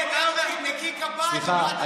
סליחה,